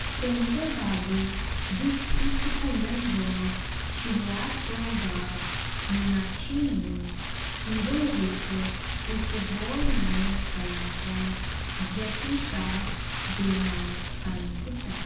painter Babu ਵਿੱਚ ਇੱਕ ਭੁੱਲਣਯੋਗ ਸ਼ੁਰੂਆਤ ਤੋਂ ਬਾਅਦ ਮੀਨਾਕਸ਼ੀ ਨੇ ਹੀਰੋ ਵਿੱਚ ਇੱਕ ਹੋਰ ਨਵੇਂ ਕਲਾਕਾਰ ਜੈਕੀ ਸ਼ਰਾਫ ਦੇ ਨਾਲ ਕੰਮ ਕੀਤਾ